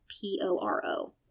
P-O-R-O